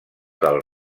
del